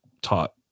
taught